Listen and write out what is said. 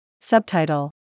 Subtitle